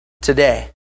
today